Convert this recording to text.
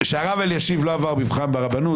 כשהרב אלישיב לא עבר מבחן ברבנות,